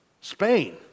Spain